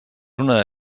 una